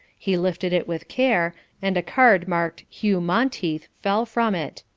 he lifted it with care, and a card marked hugh monteith fell from it.